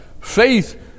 faith